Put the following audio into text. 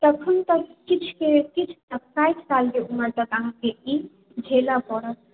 तखन तक किछु के किछु साठि सालके उम्र तक अहाँके ई झेलय पड़त